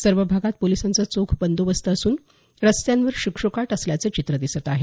सर्व भागात पोलिसांचा चोख बंदोबस्त असून रस्त्यांवर शुकशुकाट असल्याचं चित्र दिसत आहे